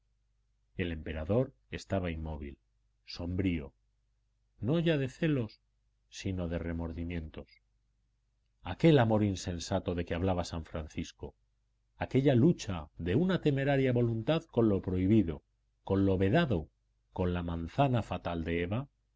el emperador estaba inmóvil sombrío no ya de celos sino de remordimientos aquel amor insensato de que hablaba san francisco aquella lucha de una temeraria voluntad con lo prohibido con lo vedado con la manzana fatal de eva